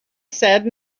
said